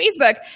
Facebook